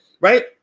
right